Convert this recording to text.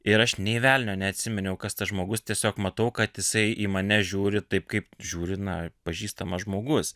ir aš nei velnio neatsiminiau kas tas žmogus tiesiog matau kad jisai į mane žiūri taip kaip žiūri na pažįstamas žmogus